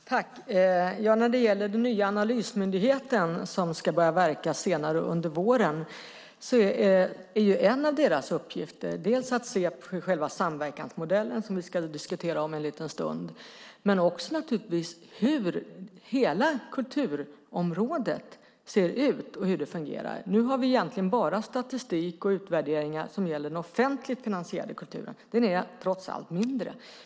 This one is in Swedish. Fru talman! En av uppgifterna för den nya analysmyndighet som ska börja verka senare under våren är att se på hur samverkansmodellen, som vi ska diskutera om en liten stund, men naturligtvis också hur hela kulturområdet ser ut och fungerar. Nu har vi egentligen statistik och utvärderingar för bara den offentligt finansierade kulturen, men den är trots allt mindre.